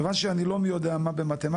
כיוון שאני לא מי יודע מה במתמטיקה,